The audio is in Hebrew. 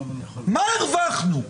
מה הרווחנו,